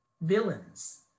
villains